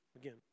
again